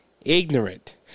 ignorant